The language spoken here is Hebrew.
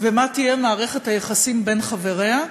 מערכת היחסים בין חבריה,